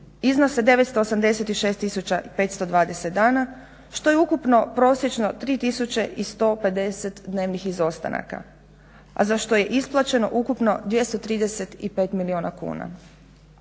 i 520 dana što je ukupno prosječno 3 150 dnevnih izostanaka, a za što je isplaćeno ukupno 235 milijuna kuna.